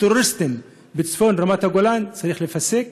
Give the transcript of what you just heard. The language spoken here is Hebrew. לטרוריסטים בצפון רמת הגולן, צריך להיפסק,